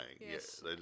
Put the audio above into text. Yes